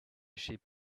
sheep